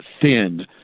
thin